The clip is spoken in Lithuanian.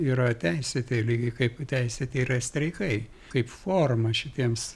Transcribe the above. yra teisėti lygiai kaip teisėti yra ir streikai kaip forma šitiems